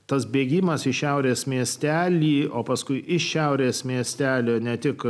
tas bėgimas į šiaurės miestelį o paskui iš šiaurės miestelio ne tik